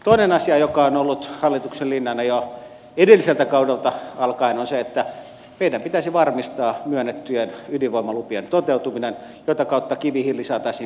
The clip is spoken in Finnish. toinen asia joka on ollut hallituksen linjana jo edelliseltä kaudelta alkaen on se että meidän pitäisi varmistaa myönnettyjen ydinvoimalupien toteutuminen jota kautta kivihiili saataisiin korvattua lauhdetuotannosta